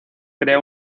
crea